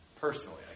Personally